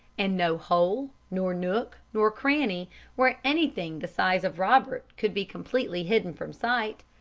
and no hole, nor nook, nor cranny where anything the size of robert could be completely hidden from sight.